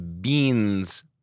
beans